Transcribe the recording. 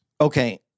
Okay